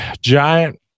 giant